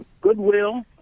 Goodwill